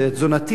תודה רבה.